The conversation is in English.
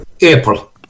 April